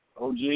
OG